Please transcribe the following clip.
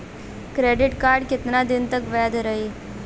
Credit card कितना दिन तक वैध रही?